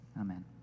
Amen